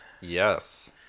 yes